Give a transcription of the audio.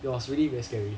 it was really very scary